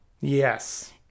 Yes